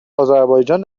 آذربایجان